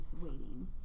waiting